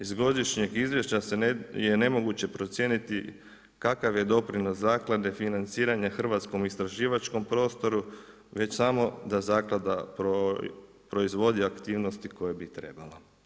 Iz godišnjeg izviješća je nemoguće procijeniti kakav je doprinos zaklade financiranje hrvatskom istraživačkom prostoru već samo da zaklada proizvodi aktivnosti koje bi trebala.